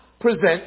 present